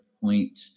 point